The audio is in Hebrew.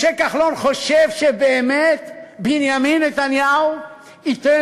משה כחלון חושב שבאמת בנימין נתניהו ייתן